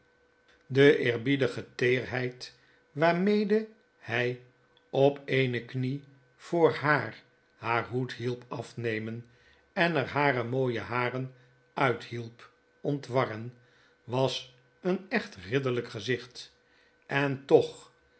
de eerbiedige teerheid waarmedehy op eene knie voor haar haar hoed hielp afnemen en er hare mooie haren uit hielp ontwarren was een echt ridderlyk gezicht en toch